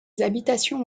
habitations